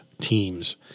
teams